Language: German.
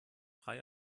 frei